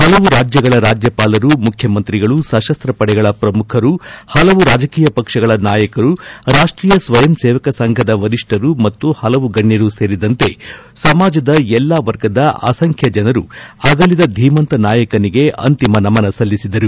ಹಲವು ರಾಜ್ಯಗಳ ರಾಜ್ಯಪಾಲರು ಮುಖ್ಯಮಂತ್ರಿಗಳು ಸಶಸ್ತ ಪಡೆಗಳ ಪ್ರಮುಖರು ಪಲವು ರಾಜಕೀಯ ಪಕ್ಷಗಳ ನಾಯಕರು ರಾಷ್ಟೀಯ ಸ್ವಯಂ ಸೇವಕ ಸಂಘದ ವರಿಷ್ಠರು ಮತ್ತು ಹಲವು ಗಣ್ಣರು ಸೇರಿದಂತೆ ಸಮಾಜದ ಎಲ್ಲಾ ವರ್ಗದ ಅಸಂಖ್ಯ ಜನರು ಅಗಲಿದ ಧೀಮಂತ ನಾಯಕನಿಗೆ ಅಂತಿಮ ನಮನ ಸಲ್ಲಿಸಿದರು